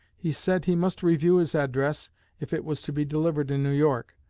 he said he must review his address if it was to be delivered in new york.